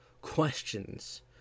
Questions